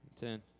Ten